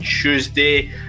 Tuesday